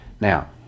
now